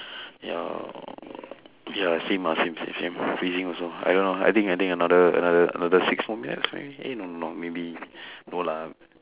ya ya same ah same same same freezing also I don't know I think I think another another another six more minutes maybe eh no no no maybe no lah